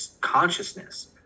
consciousness